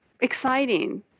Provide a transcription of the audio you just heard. exciting